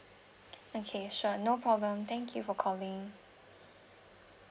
okay sure no problem thank you for calling